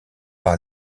par